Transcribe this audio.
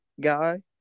guy